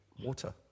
Water